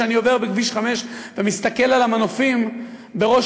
כשאני עובר בכביש 5 ומסתכל על המנופים בראש-העין,